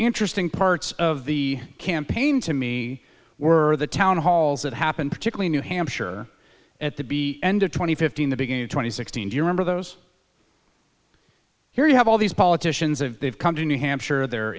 interesting parts of the campaign to me were the town halls that happened particularly new hampshire at the be end of twenty fifteen the beginning twenty sixteen to remember those here you have all these politicians of they've come to new hampshire they're